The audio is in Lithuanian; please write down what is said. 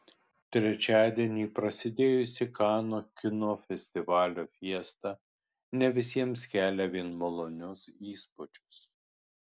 trečiadienį prasidėjusi kanų kino festivalio fiesta ne visiems kelia vien malonius įspūdžius